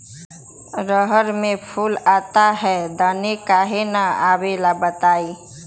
रहर मे फूल आता हैं दने काहे न आबेले बताई?